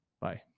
Bye